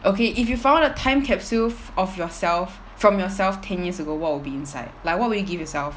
okay if you found a time capsule of yourself from yourself ten years ago what would be inside like what would you give yourself